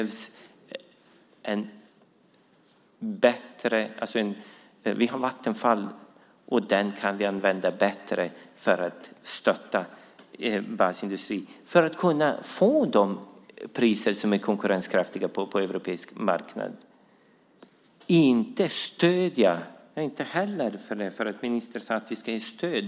Vi kan använda Vattenfall bättre för att stötta basindustrin, för att få priser som är konkurrenskraftiga på den europeiska marknaden. Ministern sade att vi ska ge stöd.